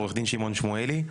עורך דין שמעון שמואלי,